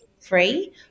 free